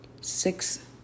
Six